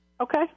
Okay